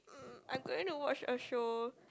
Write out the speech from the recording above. um I going to watch a show